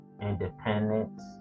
independence